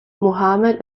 mohammed